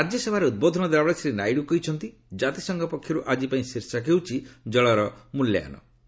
ରାଜ୍ୟସଭାରେ ଉଦ୍ବୋଧନ ଦେଲାବେଳେ ଶ୍ରୀ ନାଇଡୁ କହିଛନ୍ତି ଜାତିସଂଘ ପକ୍ଷରୁ ଆଜି ପାଇଁ ଶୀର୍ଷକ ହେଉଛି 'ଜଳର ମ୍ବଲ୍ୟାୟନ'